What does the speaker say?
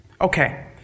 Okay